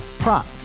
Prop